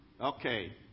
Okay